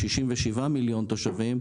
בה יש 67 מיליון תושבים,